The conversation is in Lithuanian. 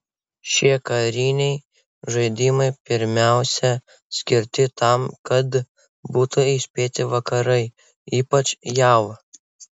šie kariniai žaidimai pirmiausia skirti tam kad būtų įspėti vakarai ypač jav